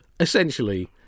Essentially